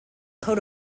coat